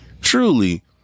truly